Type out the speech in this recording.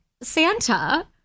Santa